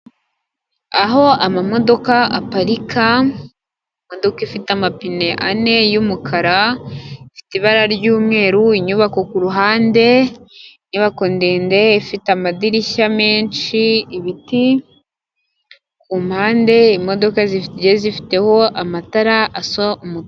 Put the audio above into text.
Aho amamodoka aparika imodoka ifite amapine ane y'umukara, ifite ibara ry'umweru, inyubako ku ruhande, inyubako ndende ifite amadirishya menshi ibiti ku mpande, imodoka zigiye zifiteho amatara asa umukara.